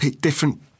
different